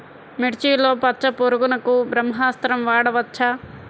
మిర్చిలో పచ్చ పురుగునకు బ్రహ్మాస్త్రం వాడవచ్చా?